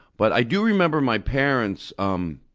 but i do remember my parents um